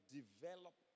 develop